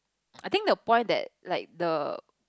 I think the point that like the